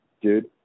dude